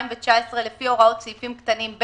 חקיקה) 1. בחוק הטבות במס וייעוץ במס (תיקוני חקיקה),